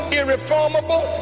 irreformable